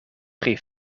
pri